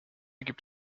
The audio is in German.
gibt